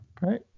Right